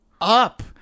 up